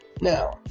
Now